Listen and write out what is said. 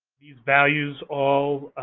these values all